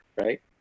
right